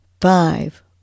five